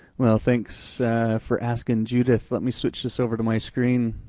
well thanks for asking, judith. let me switch this over to my screen.